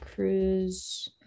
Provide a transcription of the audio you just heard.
Cruise